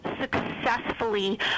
successfully